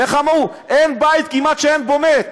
איך אמרו, כמעט אין בית שאין בו מת,